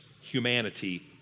humanity